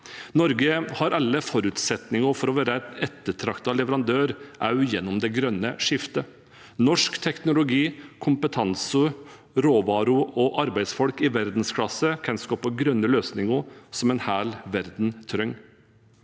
Norge har alle forutsetninger for å være en ettertraktet leverandør også gjennom det grønne skiftet. Norsk teknologi, kompetanse og råvarer og arbeidsfolk i verdensklasse kan skape grønne løsninger som en hel verden trenger.